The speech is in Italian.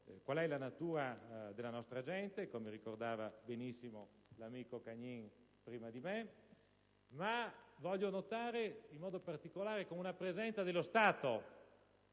fondo la natura della nostra gente, come ricordava benissimo l'amico Cagnin prima di me. Voglio inoltre notare in modo particolare la presenza dello Stato,